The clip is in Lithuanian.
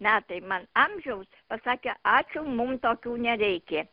metai man amžiaus pasakė ačiū mum tokių nereikia